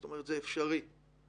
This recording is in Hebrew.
זאת אומרת, זה אפשרי וצריך.